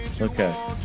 Okay